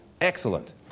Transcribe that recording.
Excellent